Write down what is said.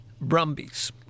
Brumbies